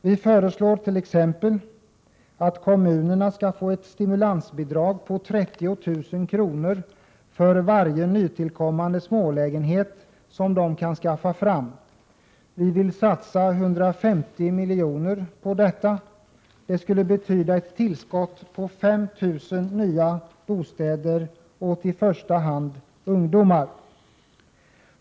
Vi föreslår t.ex. för det första att kommunerna skall få ett stimulansbidrag på 30 000 kr. för varje nytillkommande smålägenhet som de kan skaffa fram. Vi vill satsa 150 milj.kr. på detta. Det skulle betyda ett tillskott av 5 000 nya bostäder åt i första hand ungdomar.